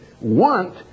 want